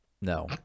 no